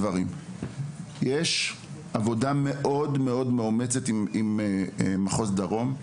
יש עבודה מאוד מאומצת עם מחוז דרום.